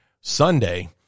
Sunday